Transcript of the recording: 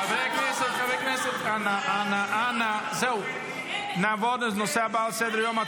חברי הכנסת, נעבור לנושא הבא על סדר-היום.